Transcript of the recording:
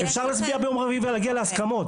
אפשר להצביע ביום רביעי ולהגיע להסכמות.